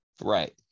right